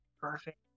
Perfect